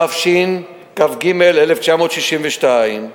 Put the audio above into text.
התשכ"ג1962 .